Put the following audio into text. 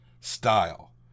style